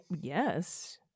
yes